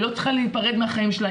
היא לא צריכה להיפרד מהחיים שלה,